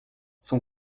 son